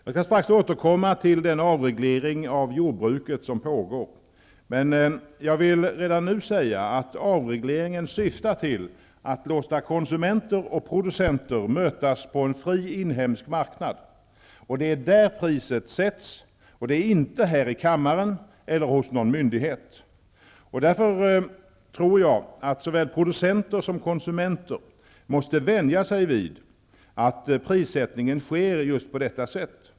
Jag skall strax återkomma till den avreglering av jordbruket som pågår, men jag vill redan nu säga att avregleringen syftar till att låta konsumenter och producenter mötas på en fri inhemsk marknad. Det är där priset sätts. Det är inte här i kammaren eller hos någon myndighet. Därför tror jag att såväl producenter som konsumenter måste vänja sig vid att prissättningen sker just på detta sätt.